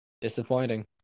Disappointing